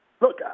Look